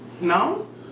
No